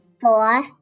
Four